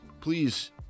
please